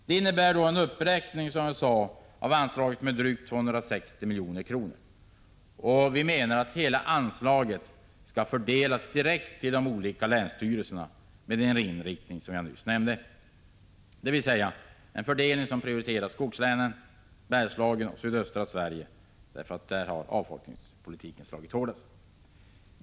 Det innebär en uppräkning av anslaget med drygt 260 miljoner. Vi menar att hela anslaget skall fördelas direkt till de olika länsstyrelserna med den inriktning som jag nyss nämnde, dvs. en fördelning som prioriterar skogslänen, Bergslagen och sydöstra Sverige därför att avfolkningspolitiken där slagit hårdast.